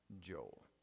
Joel